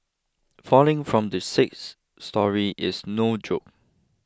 falling from the sixth storey is no joke